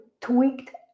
tweaked